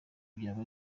byaba